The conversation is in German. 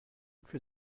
für